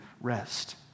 rest